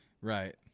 Right